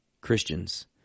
Christians